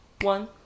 One